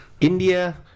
india